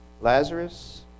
Lazarus